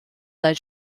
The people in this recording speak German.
sein